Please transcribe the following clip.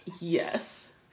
Yes